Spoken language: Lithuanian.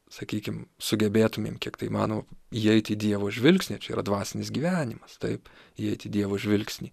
sakykim sugebėtumėm kiek tai įmanoma įeiti į dievo žvilgsnį čia yra dvasinis gyvenimas taip įeiti į dievo žvilgsnį